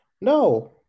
No